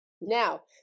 Now